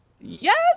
Yes